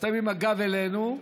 אתם עם הגב אלינו,